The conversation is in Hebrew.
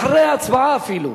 אחרי ההצבעה אפילו.